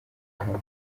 hamwe